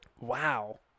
wow